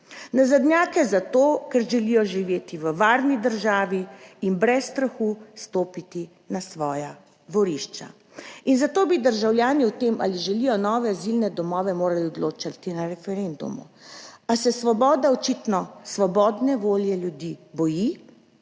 Nazadnjake zato, ker želijo živeti v varni državi in brez strahu stopiti na svoja dvorišča. In zato bi državljani o tem, ali želijo nove azilne domove, morali odločati na referendumu, a se Svoboda očitno svobodne volje ljudi boji,